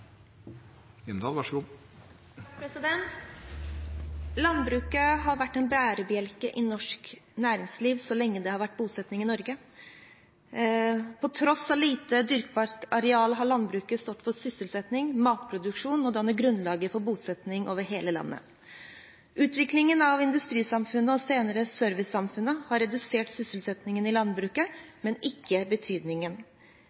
Norge. På tross av lite dyrkbart areal har landbruket stått for sysselsetting og matproduksjon og dannet grunnlaget for bosetning over hele landet. Utviklingen av industrisamfunnet og senere servicesamfunnet har redusert sysselsettingen i